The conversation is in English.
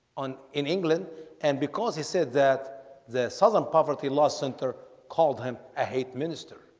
on in england and because he said that the southern poverty law center called him a hate minister